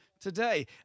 today